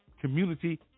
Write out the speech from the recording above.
Community